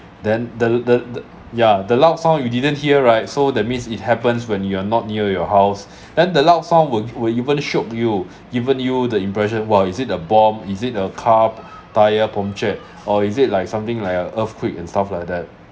then the the the yeah the loud sound you didn't hear right so that means it happens when you are not near your house then the loud sound will even shock you given you the impression !wow! is it a bomb is it a car tyre punctured or is it like something like a earthquake and stuff like that